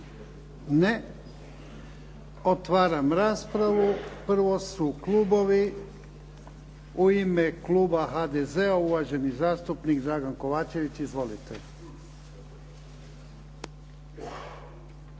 Ne. Otvaram raspravu. Prvo su klubovi. U ime Kluba HDZ-a, uvaženi zastupnik Dragan Kovačević. Izvolite.